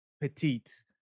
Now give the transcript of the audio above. petite